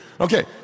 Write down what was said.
Okay